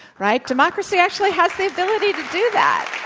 right? democracy actually has the ability to do that.